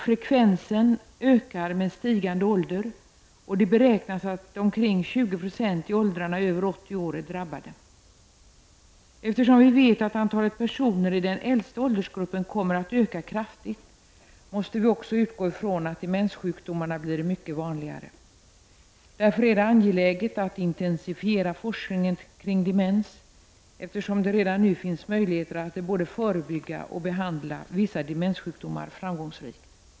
Frekevensen ökar med stigande ålder, och det beräknas att omkring 20 20 i åldrarna över 80 år är drabbade. Eftersom vi vet att antalet personer i den äldsta åldersgruppen kommer att öka kraftigt, måste vi utgå från att demenssjukdomarna blir mycket vanligare. Därför är det angeläget att intensifiera forskningen kring demens, eftersom det redan nu finns möjligheter att både förebygga och behandla vissa demenssjukdomar framgångsrikt.